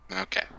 Okay